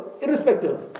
irrespective